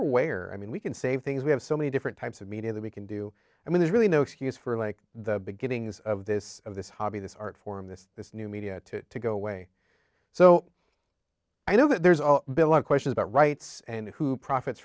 aware i mean we can say things we have so many different types of media that we can do i mean there's really no excuse for like the beginnings of this of this hobby this art form this this new media to go away so i know that there's a bill of questions about rights and who profits